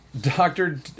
Doctor